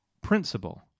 principle